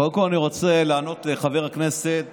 קודם כול, אני רוצה לענות לחבר הכנסת